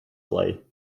play